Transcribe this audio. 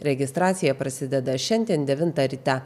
registracija prasideda šiandien devintą ryte